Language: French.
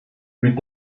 plus